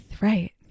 right